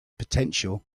potential